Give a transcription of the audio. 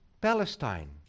Palestine